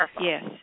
Yes